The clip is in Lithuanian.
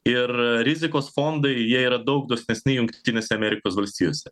ir rizikos fondai jie yra daug dosnesni jungtinėse amerikos valstijose